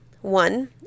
One